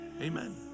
amen